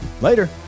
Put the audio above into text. Later